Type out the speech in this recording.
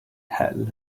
had